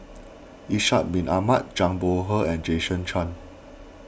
Ishak Bin Ahmad Zhang Bohe and Jason Chan